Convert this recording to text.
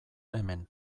hemen